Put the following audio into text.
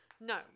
No